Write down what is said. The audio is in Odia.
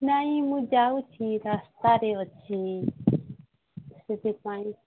ନାଇଁ ମୁଁ ଯାଉଛି ରାସ୍ତାରେ ଅଛି ସେଥିପାଇଁ